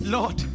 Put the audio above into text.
Lord